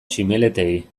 tximeletei